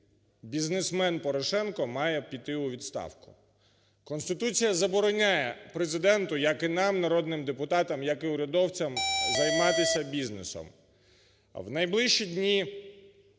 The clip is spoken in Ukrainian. бізнесмен Порошенко має піти у відставку. Конституція забороняє Президенту, як і нам, народним депутатам, як і урядовцям, займатися бізнесом. В найближчі дні